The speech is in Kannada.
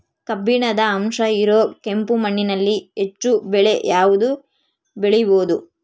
ಕಬ್ಬಿಣದ ಅಂಶ ಇರೋ ಕೆಂಪು ಮಣ್ಣಿನಲ್ಲಿ ಹೆಚ್ಚು ಬೆಳೆ ಯಾವುದು ಬೆಳಿಬೋದು?